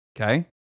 Okay